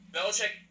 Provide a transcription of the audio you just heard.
Belichick